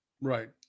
Right